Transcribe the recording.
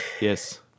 yes